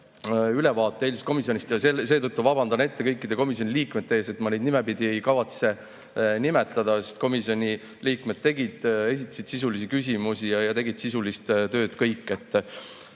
ülevaate õiguskomisjoni arutelust. Ja seetõttu vabandan ette kõikide komisjoni liikmete ees, et ma neid nimepidi ei kavatse nimetada, sest kõik komisjoni liikmed esitasid sisulisi küsimusi ja tegid sisulist tööd. Olulised